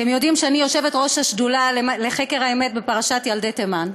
אתם יודעים שאני יושבת-ראש השדולה לחקר האמת בפרשת ילדי תימן,